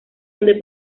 donde